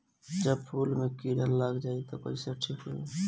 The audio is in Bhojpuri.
जब फूल मे किरा लग जाई त कइसे ठिक होई?